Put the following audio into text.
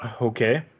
Okay